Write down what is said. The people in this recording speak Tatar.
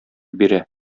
бирә